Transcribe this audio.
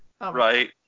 Right